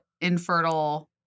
infertile